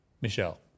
Michelle